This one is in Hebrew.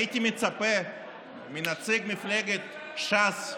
הייתי מצפה מנציג מפלגת ש"ס,